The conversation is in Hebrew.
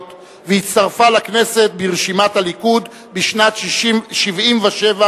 והצטרפה לכנסת ברשימת הליכוד בשנת 1977,